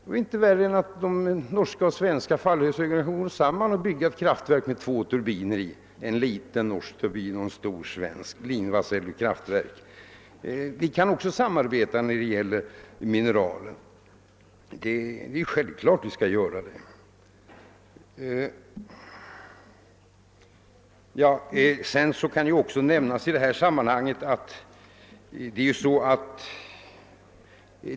Det är inte konstigare än att de norska och svenska fallhöjdsägarna gick samman och byggde ett kraftverk med två turbiner i, en mindre norsk turbin och en större svensk! Vi kan naturligtvis också samarbeta när det gäller mineraler. För mig är det självklart att vi skall göra det. I själva verket finns redan ett sådant svensk-norskt samarbete.